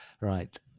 Right